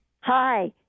Hi